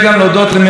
לכבוד ההצלה,